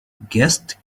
guests